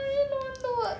I really don't want to work